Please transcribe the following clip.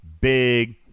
big